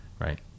right